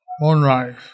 moonrise